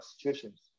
situations